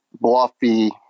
bluffy